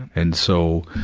and so,